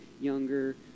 younger